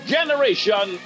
Generation